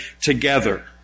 together